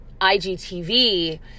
IGTV